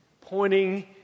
Pointing